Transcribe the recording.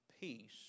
peace